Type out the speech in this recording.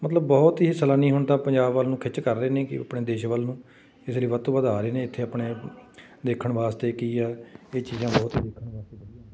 ਮਤਲਬ ਬਹੁਤ ਹੀ ਇਹ ਸੈਲਾਨੀ ਹੁਣ ਤਾਂ ਪੰਜਾਬ ਵੱਲ ਨੂੰ ਖਿੱਚ ਕਰ ਰਹੇ ਨੇ ਕਿ ਆਪਣੇ ਦੇਸ਼ ਵੱਲ ਨੂੰ ਇਸ ਲਈ ਵੱਧ ਤੋਂ ਵੱਧ ਆ ਰਹੇ ਨੇ ਇੱਥੇ ਆਪਣੇ ਦੇਖਣ ਵਾਸਤੇ ਕੀ ਆ ਇਹ ਚੀਜ਼ਾਂ ਬਹੁਤ ਹੀ ਦੇਖਣ ਵਾਸਤੇ ਵਧੀਆ ਨੇ